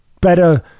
better